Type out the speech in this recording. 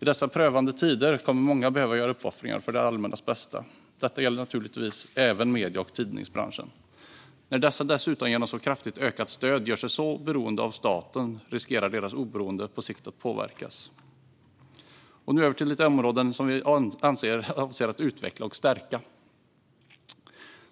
I dessa prövande tider kommer många att behöva göra uppoffringar för det allmännas bästa. Detta gäller naturligtvis även medie och tidningsbranschen. När denna dessutom genom så kraftigt ökat stöd gör sig så beroende av staten riskerar dess oberoende på sikt att påverkas. Jag går nu över till områden som vi avser att utveckla och stärka.